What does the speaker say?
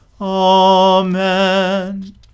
Amen